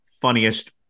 funniest